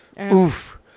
Oof